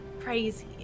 crazy